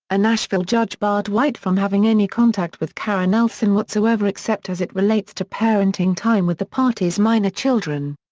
a nashville judge barred white from having any contact with karen elson whatsoever except as it relates to parenting time with the parties' minor children.